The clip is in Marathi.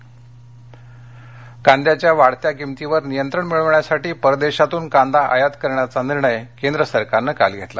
कांदा आयात कांद्याच्या वाढत्या किमतीवर नियंत्रण मिळवण्यासाठी परदेशातून कांदा आयात करण्याचा निर्णय केंद्र सरकारनं काल घेतला